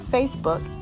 Facebook